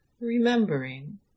remembering